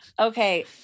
okay